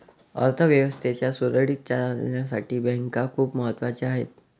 अर्थ व्यवस्थेच्या सुरळीत चालण्यासाठी बँका खूप महत्वाच्या आहेत